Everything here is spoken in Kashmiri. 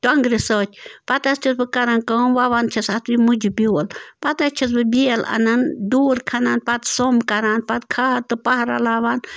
ٹۄنٛگرِ سۭتۍ پتہٕ حظ چھَس بہٕ کَرام کٲم وَوان چھَس اَتھ یہِ مٕجہِ بیول پتہٕ حظ چھَس بہٕ بیل اَنان ڈوٗر کھنان پتہٕ سوٚمب کَران پتہٕ کھاد تہٕ پَہہ رَلاوان